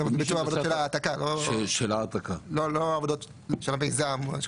של ביצוע ההעתקה ולא עבודות של המיזם.